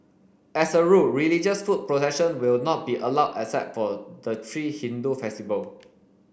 as a rule religious foot procession will not be allowed except for the three Hindu festival